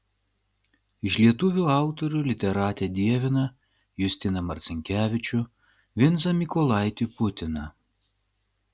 iš lietuvių autorių literatė dievina justiną marcinkevičių vincą mykolaitį putiną